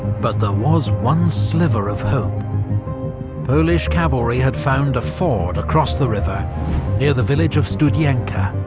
but there was one sliver of hope polish cavalry had found a ford across the river near the village of studienka.